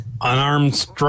Unarmed